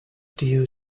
due